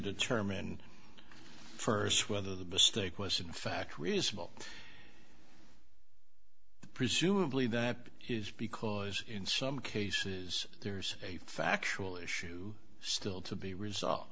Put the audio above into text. determine first whether the mistake was in fact reasonable presumably that is because in some cases there's a factual issue still to be resolved